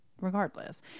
regardless